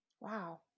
Wow